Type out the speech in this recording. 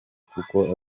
kuko